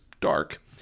dark